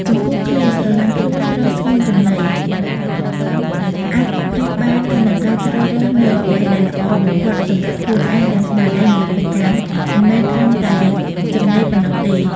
ចំពោះឃ្លា ស្រឡាញ់ខ្លួន ត្រូវស្ងួនចំណី អាចប្រៀបបានទៅនឹងការជ្រើសរើសនូវអ្វីដែលល្អបំផុតសម្រាប់ខ្លួនឯង ទាំងស្មារតីនិងរាងកាយ មិនមែនត្រឹមតែចំណីប៉ុណ្ណោះទេ។